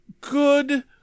good